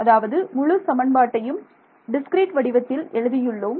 அதாவது முழு சமன்பாட்டையும் டிஸ்கிரீட் வடிவத்தில் எழுதியுள்ளோம்